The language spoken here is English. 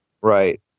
Right